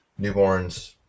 newborns